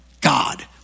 God